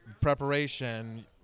preparation